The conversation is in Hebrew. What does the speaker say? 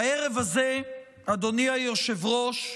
והערב הזה, אדוני היושב-ראש,